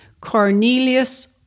Cornelius